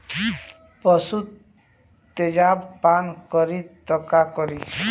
पशु तेजाब पान करी त का करी?